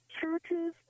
churches